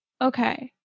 Okay